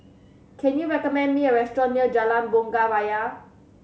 can you recommend me a restaurant near Jalan Bunga Raya